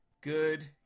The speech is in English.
Good